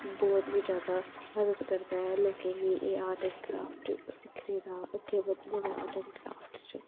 बहुत गै जैदा मदद करदा ऐ लोकें गी ऐ एह् आर्ट एण्ड क्राफ्ट सिक्खने दा अगगै बधने दा लाईफ च